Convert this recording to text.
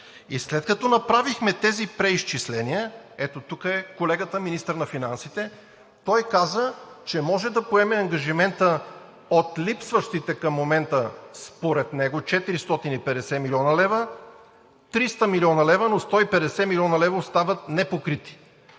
И след като направихме тези преизчисления – ето тук е колегата министър на финансите, той каза, че може да поеме ангажимента от липсващите към момента според него 450 млн. лв., 300 млн. лв., но 150 млн. лв. остават непокрити.